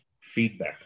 feedback